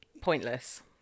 Pointless